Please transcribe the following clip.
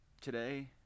today